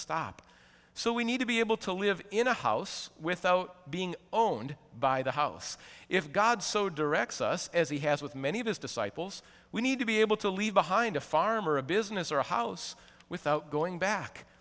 stop so we need to be able to live in a house without being owned by the house if god so directs us as he has with many of his disciples we need to be able to leave behind a farm or a business or a house without going back